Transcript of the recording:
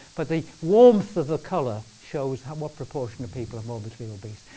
but the warmth of the color shows what proportion of people are morbidly obese.